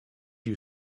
you